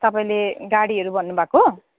तपाईँले गाडीहरू भन्नु भएको